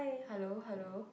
hello hello